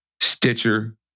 Stitcher